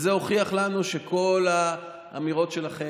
זה הוכיח לנו שכל האמירות שלכם,